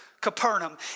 Capernaum